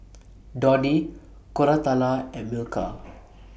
Dhoni Koratala and Milkha